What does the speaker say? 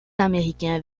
américains